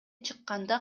чыкканда